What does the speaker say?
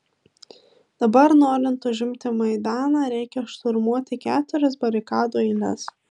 dabar norint užimti maidaną reikia šturmuoti keturias barikadų eiles